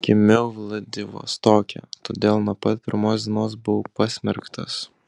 gimiau vladivostoke todėl nuo pat pirmos dienos buvau pasmerktas